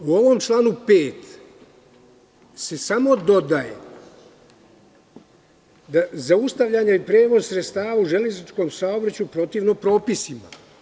U ovom članu 5. se samo dodaje da je zaustavljanje prevoznih sredstava u železničkom saobraćaju protivno propisima.